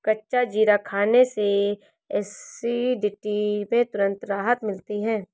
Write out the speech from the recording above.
कच्चा जीरा खाने से एसिडिटी में तुरंत राहत मिलती है